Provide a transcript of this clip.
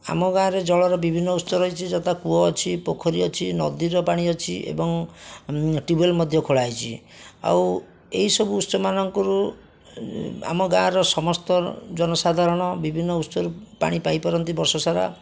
ଆମ ଗାଁରେ ଜଳର ବିଭିନ୍ନ ଉତ୍ସ ଅଛି ଯଥା କୂଅ ଅଛି ପୋଖରୀ ଅଛି ନଦୀର ପାଣି ଅଛି ଏବଂ ଉଁ ଟ୍ୟୁବଲ୍ ମଧ୍ୟ ଖୋଳା ହେଇଛି ଆଉ ଏହିସବୁ ଉତ୍ସମାନଙ୍କରୁ ଆମ ଗାଁର ସମସ୍ତ ଜନସାଧାରଣ ବିଭିନ୍ନ ଉତ୍ସରୁ ପାଣି ପାଇପାରନ୍ତି ବର୍ଷ ସାରା